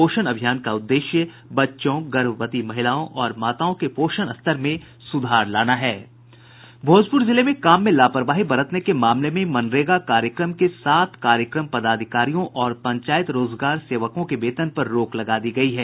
पोषण अभियान का उद्देश्य बच्चों गर्भवती महिलाओं और माताओं के पोषणस्तर में सुधार लाना है भोजपुर जिले में काम में लापरवाही बरतने के मामले में मनरेगा कार्यक्रम के सात कार्यक्रम पदाधिकारियों और पंचायत रोजगार सेवकों के वेतन पर रोक लगा दी गयी है